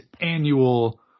annual